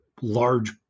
large